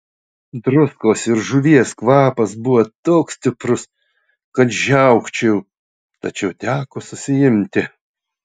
druskos ir žuvies kvapas buvo toks stiprus kad žiaukčiojau tačiau teko susiimti